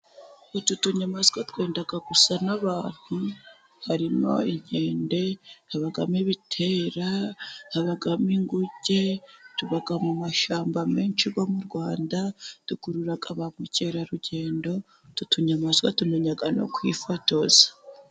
Utu tunyamaswa twenda gusa n'abantu. Harimo inkende, habamo ibitera, habamo ingunge. Tuba mu mashyamba menshi yo mu Rwanda, dukururara ba mukerarugendo. Utu tunyamaswa tumenya no kwifotoza.